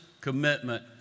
commitment